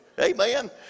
Amen